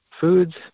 foods